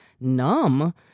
numb